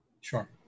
Sure